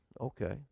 Okay